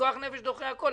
פיקוח נפש דוחה הכול.